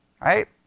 right